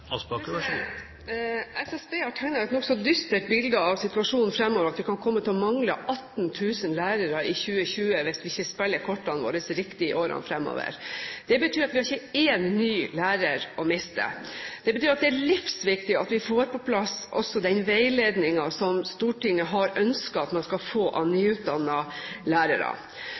SSB har tegnet et nokså dystert bilde av situasjonen fremover. Vi kan komme til å mangle 18 000 lærere i 2020 hvis vi ikke spiller kortene våre riktig i årene fremover. Det betyr at vi ikke har én ny lærer å miste. Det betyr at det er livsviktig at vi også får på plass den veiledningen som Stortinget har ønsket for nyutdannede lærere. Høyre er veldig utålmodig etter å få